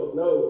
no